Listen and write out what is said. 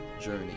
journey